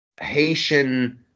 Haitian –